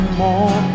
more